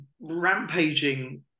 rampaging